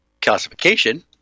calcification